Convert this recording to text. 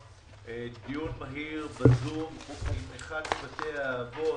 דיון מהיר בזום עם אחד מבתי האבות.